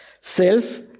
Self